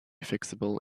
fixable